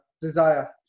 desire